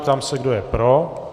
Ptám se, kdo je pro.